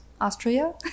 austria